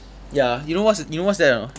ya you know what's you know what's that or not